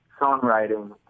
songwriting